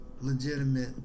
legitimate